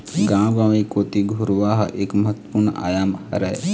गाँव गंवई कोती घुरूवा ह एक महत्वपूर्न आयाम हरय